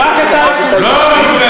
רק האיכות שלך טובה.